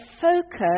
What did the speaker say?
focus